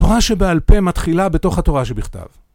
תורה שבעל פה מתחילה בתוך התורה שבכתב.